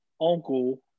uncle